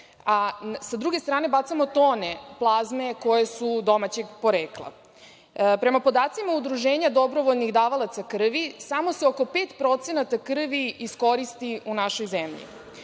a sa druge strane bacamo tone plazme koje su domaćeg porekla. Prema podacima Udruženja dobrovoljnih davalaca krvi samo se oko 5% krvi iskoristi u našoj zemlji. Sada